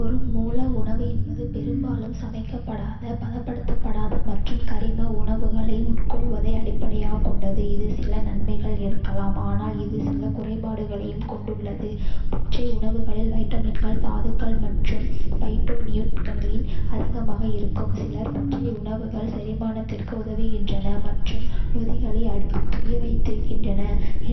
ஒரு மூல உணவு என்பது பெரும்பாலும் சமைக்கப்படாத, பதப்படுத்தப்படாத மற்றும் கரிம உணவுகளை உட்கொள்வதை அடிப்படையாகக் கொண்டது. இது சில நன்மைகள் இருக்கலாம், ஆனால் இது சில குறைபாடுகளையும் கொண்டுள்ளது. பச்சை உணவுகளில் வைட்டமின்கள், தாதுக்கள் மற்றும் பைட்டோநியூட்ரியன்கள் அதிகமாக இருக்கும். சிலர் பச்சை உணவுகள் செரிமானத்திற்கு உதவுகின்றன மற்றும் நொதிகளை அப்படியே வைத்திருக்கின்றன